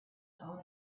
own